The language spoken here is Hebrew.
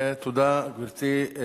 תודה, גברתי.